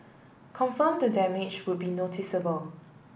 confirm the damage would be noticeable